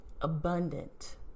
Abundant